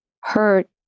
hurt